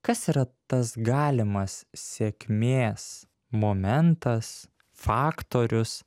kas yra tas galimas sėkmės momentas faktorius